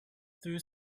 through